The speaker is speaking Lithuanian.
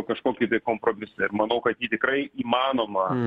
kažkokį tai kompromisą ir manau kad jį tikrai įmanoma